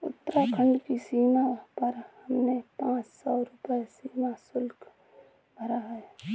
उत्तराखंड की सीमा पर हमने पांच सौ रुपए सीमा शुल्क भरा